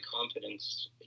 confidence